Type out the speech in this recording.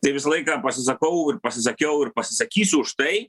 tai visą laiką pasisakau ir pasisakiau ir pasisakysiu už tai